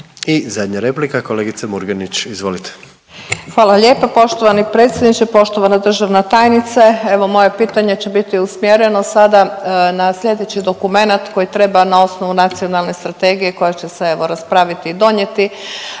I zadnja replika, kolegica Murganić, izvolite. **Murganić, Nada (HDZ)** Hvala lijepa poštovani predsjedniče. Poštovana državna tajnice evo moje pitanje će biti usmjereno sada na slijedeći dokumenat koji treba na osnovu nacionalne strategije koja će se evo raspraviti i donijeti,